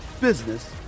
business